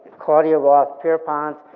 claudia roth pierpont,